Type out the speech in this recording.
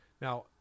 Now